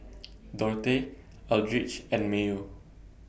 Dorthey Eldridge and Mayo